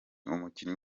umukinnyi